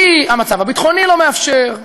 כי המצב הביטחוני לא מאפשר,